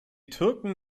türken